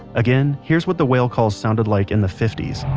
again, here's what the whale calls sounded like in the fifty s.